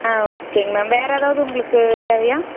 ஆ ஓகேங்க மேம் வேறு ஏதாவது உங்களுக்கு தேவையா